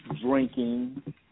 drinking